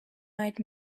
eyed